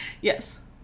yes